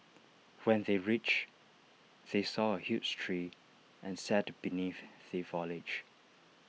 when they reached they saw A huge tree and sat beneath the foliage